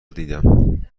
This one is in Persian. دیدم